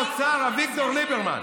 מה מציע שר האוצר אביגדור ליברמן?